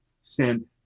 sent